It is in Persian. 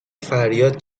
فریاد